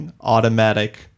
automatic